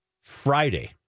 Friday